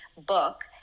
book